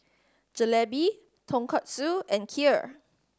Jalebi Tonkatsu and Kheer